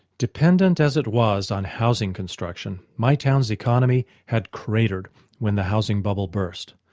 dependent as it was on housing construction, my town's economy had cratered when the housing bubble burst.